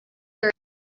third